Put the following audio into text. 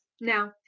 Now